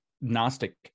Gnostic